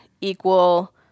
equal